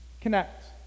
connect